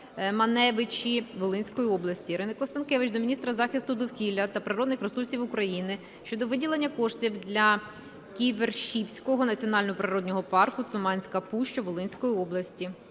Маневичі Волинської області. Ірини Констанкевич до міністра захисту довкілля та природних ресурсів України щодо виділення коштів для Ківерцівського національного природного парку "Цуманська пуща" Волинської області.